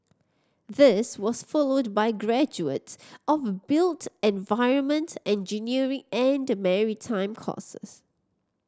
this was followed by graduates of built environment engineering and maritime courses